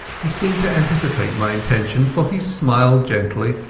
he seemed to anticipate my intention, for he smiled gently,